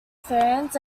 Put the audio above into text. fans